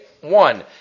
One